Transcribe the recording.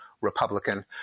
Republican